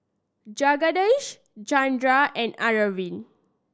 Jagadish Chanda and Arvind